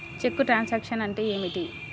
చెక్కు truncation అంటే ఏమిటి?